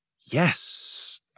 Yes